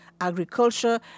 agriculture